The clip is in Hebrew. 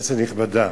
כנסת נכבדה,